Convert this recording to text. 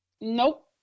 Nope